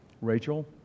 Rachel